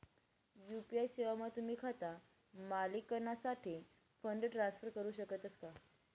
UPI सेवामा तुम्ही खाता मालिकनासाठे फंड ट्रान्सफर करू शकतस का